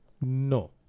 no